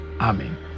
Amen